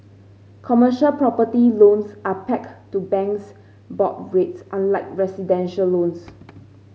commercial property loans are pegged to banks' board rates unlike residential loans